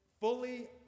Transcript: fully